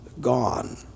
gone